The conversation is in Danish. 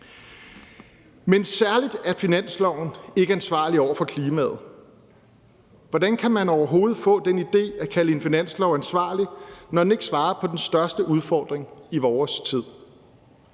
Men særlig er finanslovsforslaget ikke ansvarligt over for klimaet. Hvordan kan man overhovedet få den idé at kalde et finanslovsforslag ansvarligt, når det ikke svarer på den største udfordring i vores tid?